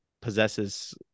possesses